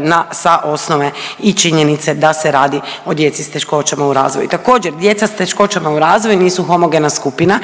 na, sa osnove i činjenice da se radi o djeci s teškoćama u razvoju. Također djeca s teškoćama u razvoju nisu homogena skupina